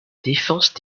défense